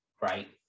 right